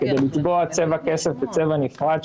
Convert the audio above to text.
כדי לצבוע צבע כסף בצבע נפרד,